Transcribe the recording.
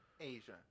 Asia